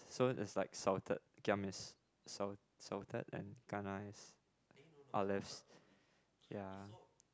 so is like salted giam is sal~ salted and kana is olives ya